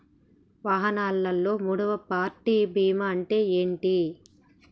వాహనాల్లో మూడవ పార్టీ బీమా అంటే ఏంటి?